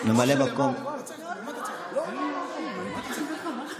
משה, אבל שר ידבר.